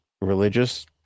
religious